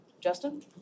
Justin